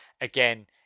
again